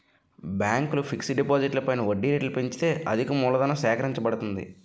బ్యాంకులు ఫిక్స్ డిపాజిట్లు పైన వడ్డీ రేట్లు పెంచితే అధికమూలధనం సేకరించబడుతుంది